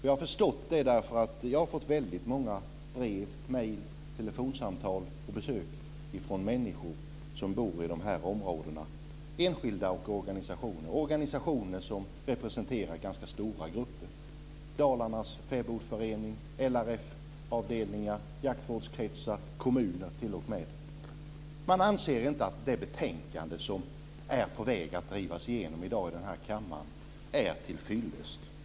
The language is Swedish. Jag har fått väldigt många brev, mejl, telefonsamtal och besök från enskilda människor som bor i de här områdena och från organisationer som representerar ganska stora grupper, som Dalarnas Fäbodförening, LRF-avdelningar och jaktvårdskretsar, t.o.m. från kommuner. Man anser inte att det betänkande som håller på att drivas igenom i dag i den här kammaren är till fyllest.